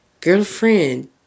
Girlfriend